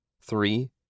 Three